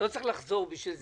לא צריך לחזור בשביל זה.